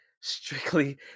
strictly